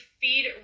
feed